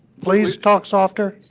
please talk softer?